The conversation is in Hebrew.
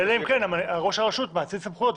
אלא אם כן ראש הרשות מאציל סמכויות,